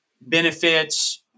benefits